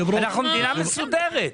אנחנו מדינה מסודרת.